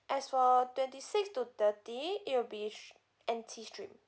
as for twenty six to thirty it'll be st~ N_T stream